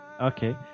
Okay